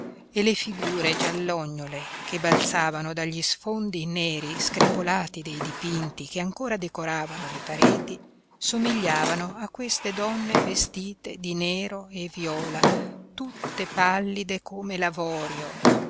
e le figure giallognole che balzavano dagli sfondi neri screpolati dei dipinti che ancora decoravano le pareti somigliavano a queste donne vestite di nero e viola tutte pallide come